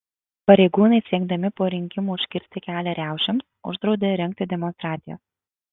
pareigūnai siekdami po rinkimų užkirsti kelią riaušėms uždraudė rengti demonstracijas